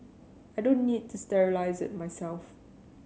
I don't need to sterilise it myself